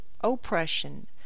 oppression